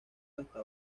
hasta